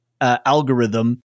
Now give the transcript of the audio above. algorithm